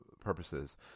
purposes